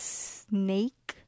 snake